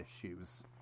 issues